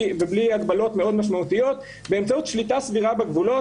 הגבלות מאוד משמעותיות באמצעות שליטה סבירה בגבולות.